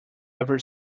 ever